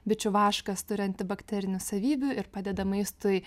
bičių vaškas turi antibakterinių savybių ir padeda maistui